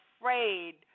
afraid